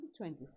2024